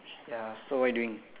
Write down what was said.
ya so what you doing